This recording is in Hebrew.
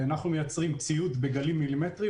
אנחנו מייצרים ציוד בגלים מילימטריים